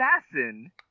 assassin